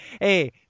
Hey